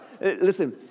Listen